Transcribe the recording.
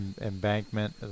embankment